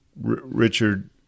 Richard